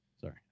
Sorry